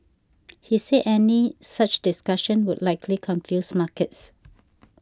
he said any such discussions would likely confuse markets